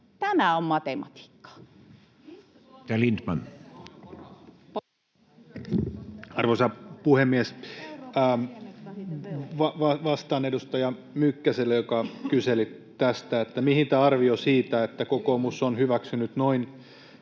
Content: Arvoisa puhemies! Vastaan edustaja Mykkäselle, joka kyseli tästä, mihin perustuu tämä arvio siitä, että kokoomus on hyväksynyt noin